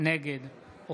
נגד בנימין גנץ,